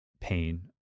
pain